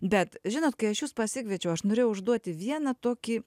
bet žinot kai aš jus pasikviečiau aš norėjau užduoti vieną tokį